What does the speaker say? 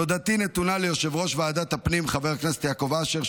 תודתי נתונה ליושב-ראש ועדת הפנים חבר הכנסת יעקב אשר,